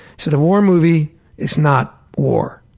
sort of war movie is not war.